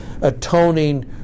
atoning